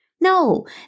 No